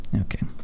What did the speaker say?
Okay